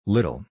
Little